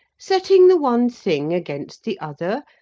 setting the one thing against the other,